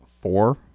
four